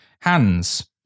Hands